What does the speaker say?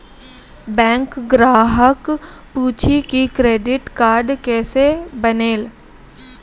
Bank ग्राहक पुछी की क्रेडिट कार्ड केसे बनेल?